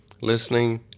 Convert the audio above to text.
listening